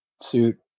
suit